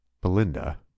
Belinda